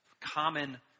common